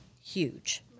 huge